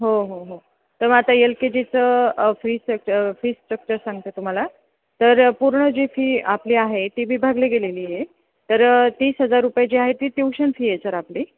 हो हो हो तर मग आता एल के जीचं फी सक् फी स्ट्रक्चर सांगते तुम्हाला तर पूर्ण जी फी आपली आहे ती विभागली गेलेली आहे तर तीस हजार रुपये जी आहे ती ट्यूशन फी आहे सर आपली